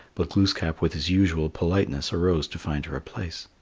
but glooskap with his usual politeness arose to find her a place.